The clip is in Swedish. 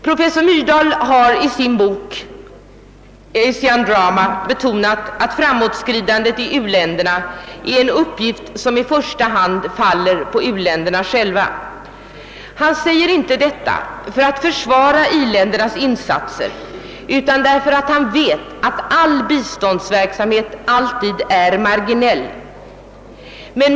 Professor Myrdal har i sin bok Asian Drama betonat att framåtskridandet i u-länderna är en uppgift som i första hand faller på u-länderna själva. Han säger inte detta för att försvara i-ländernas insatser, utan därför att han vet att all biståndsverksamhet alltid är marginell.